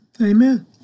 Amen